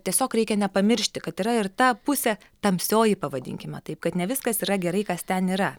tiesiog reikia nepamiršti kad yra ir ta pusė tamsioji pavadinkime taip kad ne viskas yra gerai kas ten yra